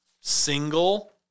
Single